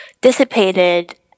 dissipated